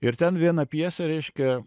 ir ten vieną pjesę reiškia